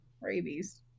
rabies